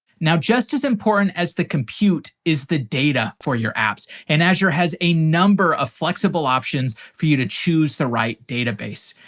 now, just as important as the compute is the data for your apps. and azure has a number of flexible options for you to choose the right database.